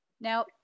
now